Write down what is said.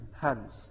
hands